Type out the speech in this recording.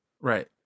Right